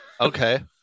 Okay